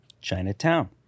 Chinatown